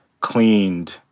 cleaned